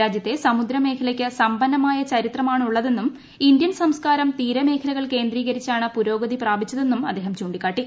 രാജ്യത്തെ സമുദ്ര മേഖലയ്ക്ക്സമ്പന്നമായ ചരിത്രമാണ് ഉള്ളതെ ന്നും ഇന്ത്യൻ സംസ്കാരം തീരമേഖലകൾ കേന്ദ്രീകരിച്ചാണ് പുരോഗതി പ്രാപിച്ചതെന്നും അദ്ദേഹം ചൂണ്ടിക്കാട്ടി